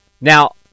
Now